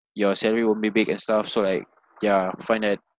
your salary won't be big and stuff so like ya find that